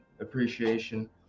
appreciation